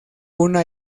una